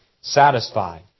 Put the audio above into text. satisfied